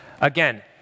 Again